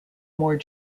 more